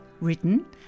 written